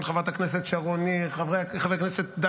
חבר הכנסת מאיר כהן,